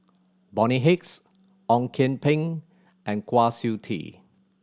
Bonny Hicks Ong Kian Peng and Kwa Siew Tee